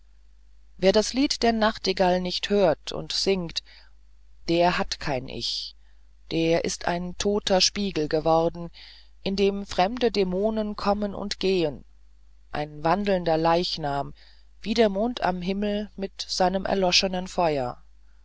wer das lied der nachtigall nicht hört und singt der hat kein ich er ist ein toter spiegel geworden in dem fremde dämonen kommen und gehen ein wandelnder leichnam wie der mond am himmel mit seinem erloschenen feuer